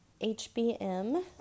HBM